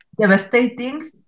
devastating